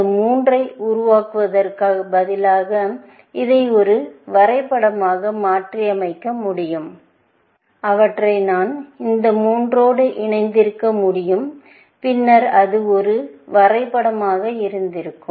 இந்த மூன்றை உருவாக்குவதற்குப் பதிலாக இதை ஒரு வரைபடமாக மாற்றியிருக்க முடியும் அவற்றை நான் இந்த மூன்றோடு இணைந்திருக்க முடியும் பின்னர் அது ஒரு வரை படமாக இருந்திருக்கும்